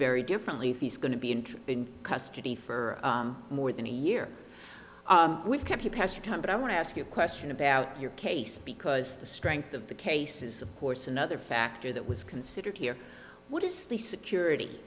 very differently fee's going to be and in custody for more than a year we've kept the past time but i want to ask you a question about your case because the strength of the cases of course another factor that was considered here what is the security